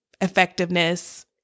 effectiveness